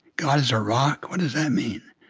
god is a rock? what does that mean?